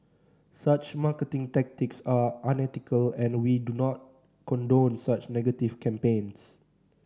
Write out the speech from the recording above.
such marketing tactics are unethical and we do not condone such negative campaigns